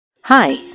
Hi